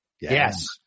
Yes